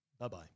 bye-bye